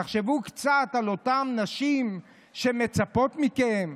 תחשבו קצת על אותן נשים שמצפות מכן,